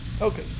Okay